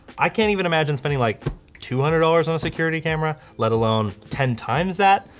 i can't even imagine spending like two hundred dollars on a security camera, let alone ten times that.